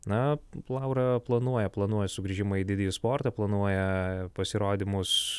na laura planuoja planuoja sugrįžimą į didįjį sportą planuoja pasirodymus